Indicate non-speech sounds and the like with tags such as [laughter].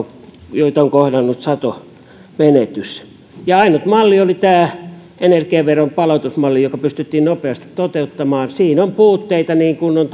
joita on kohdannut satomenetys ja ainut malli oli tämä energiaveron palautusmalli joka pystyttiin nopeasti toteuttamaan siinä on puutteita niin kuin on [unintelligible]